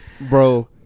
Bro